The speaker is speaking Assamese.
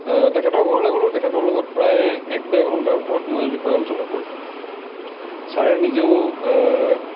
তেখেতৰ ঘৰলৈ গ'লোঁ তেখেতৰ লগত প্ৰায় এক ডেৰ ঘণ্টাৰ ওপৰত মই এই বিষয়ে আলোচনা কৰিলোঁ ছাৰে নিজেও